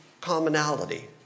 commonality